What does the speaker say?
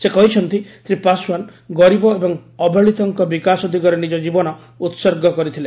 ସେ କହିଛନ୍ତି ଶ୍ରୀ ପାଶ୍ୱାନ୍ ଗରିବ ଏବଂ ଅବହେଳିତଙ୍କ ବିକାଶ ଦିଗରେ ନିଜ ଜୀବନ ଉତ୍ସର୍ଗ କରିଥିଲେ